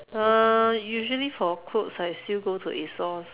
uh usually for clothes I still go to A_S_O_S